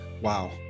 wow